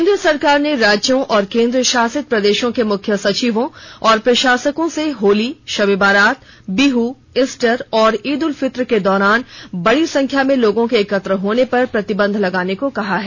केन्द्र सरकार ने राज्यों और केन्द्र शासित प्रदेशों के मुख्य सचिवों और प्रशासकों से होली शब ए बारात बिह ईस्टर और ईद उल फित्र के दौरान बड़ी संख्या में लोगों के एकत्र होने पर प्रतिबंध लगाने को कहा है